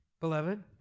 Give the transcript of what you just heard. Beloved